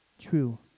true